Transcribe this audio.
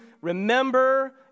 remember